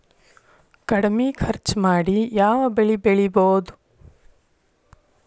ಕಡಮಿ ಖರ್ಚ ಮಾಡಿ ಯಾವ್ ಬೆಳಿ ಬೆಳಿಬೋದ್?